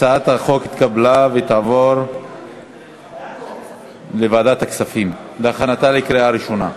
הצעת החוק התקבלה ותעבור לוועדת הכספים להכנתה לקריאה ראשונה.